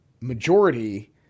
majority